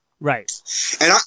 Right